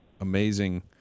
amazing